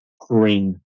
green